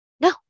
No